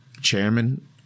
chairman